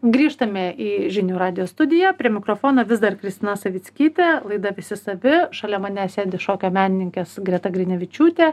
grįžtame į žinių radijo studiją prie mikrofono vis dar kristina savickytė laida visi savi šalia manęs sėdi šokio menininkės greta grinevičiūtė